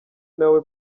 nawe